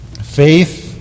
Faith